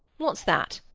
what's that?